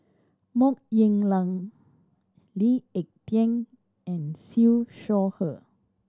Mok Ying Jang Lee Ek Tieng and Siew Shaw Her